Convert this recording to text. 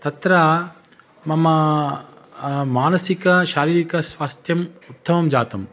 तत्र मम मानसिकः शारीरिकः स्वास्थ्यम् उत्तमं जातम्